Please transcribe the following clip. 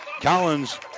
Collins